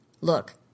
Look